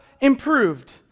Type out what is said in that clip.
improved